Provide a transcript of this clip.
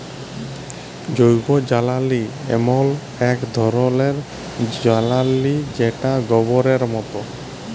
জৈবজ্বালালি এমল এক ধরলের জ্বালালিযেটা গবরের মত